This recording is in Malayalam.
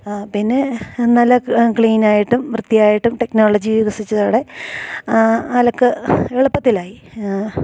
പിന്നെ നല്ല ക്ലീനായിട്ടും വൃത്തിയായിട്ടും ടെക്നോളജി വികസിച്ചതോടെ അലക്ക് എളുപ്പത്തിലായി